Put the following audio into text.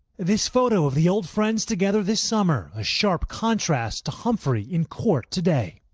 this photo of the old friends together this summer, a sharp contrast to humphry in court today.